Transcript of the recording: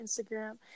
Instagram